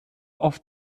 auf